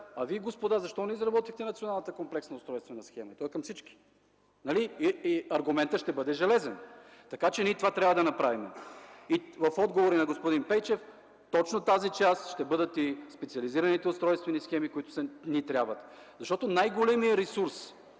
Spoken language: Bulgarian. „Вие, господа, защо не изработихте Националната комплексна устройствена схема?”. Той е към всички, нали? Аргументът ще бъде железен. Така че това трябва да направим. В отговор на господин Пейчев – точно тази част ще бъдат и специализираните устройствени схеми, които ни трябват. Най-големият ресурс,